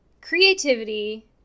creativity